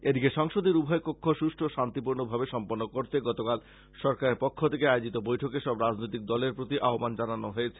এদিকে সংসদের উভয় কক্ষ সুষ্ঠ ও শান্তিপূর্ণভাবে সম্পন্ন করতে গতকাল সরকারের পক্ষ থেকে আয়োজিত বৈঠকে সব রাজনৈতিক দলের কাছে আহ্বান জানানো হয়েছে